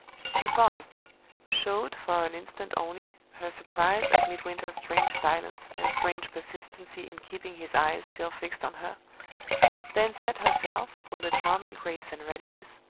she paused showed, for an instant only, her surprise at midwinter's strange silence and strange persistency in keeping his eyes still fixed on her then set herself, with a charming grace and readiness,